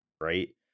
right